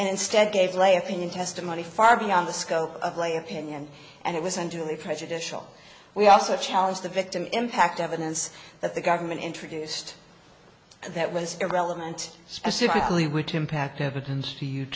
instead gave lay opinion testimony far beyond the scope of lay opinion and it was unduly prejudicial we also challenge the victim impact evidence that the government introduced that was irrelevant specifically which impact evidence to you